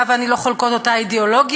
אתה ואני לא חולקות אותה אידיאולוגיה,